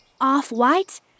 Off-white